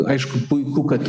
aišku puiku kad